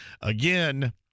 Again